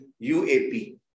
UAP